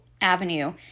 avenue